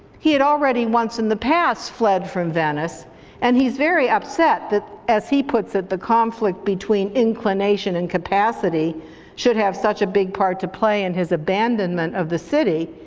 he had already once in the past fled from venice and he's very upset that as he puts it, the conflict between inclination and capacity should have such a big part to play in his abandonment of the city,